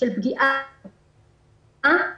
של פגיעה בקטינה.